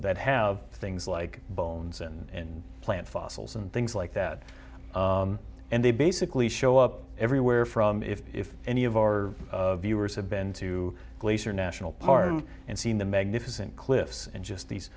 that have things like bones and plant fossils and things like that and they basically show up everywhere from if any of our viewers have been to glacier national park and seen the magnificent cliffs and just these